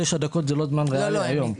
תשע דקות זה לא זמן ריאלי כיום.